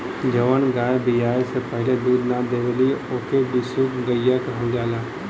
जवन गाय बियाये से पहिले दूध ना देवेली ओके बिसुकुल गईया कहल जाला